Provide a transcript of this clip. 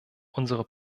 unsere